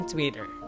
Twitter